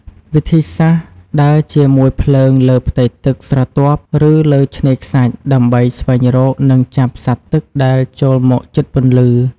វិធីសាស្រ្ត ដើរជាមួយភ្លើងលើផ្ទៃទឹកស្រទាប់ ឬលើឆ្នេរខ្សាច់ ដើម្បីស្វែងរក និងចាប់សត្វទឹកដែលចូលមកជិតពន្លឺ។